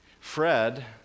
Fred